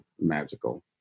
magical